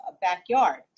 backyard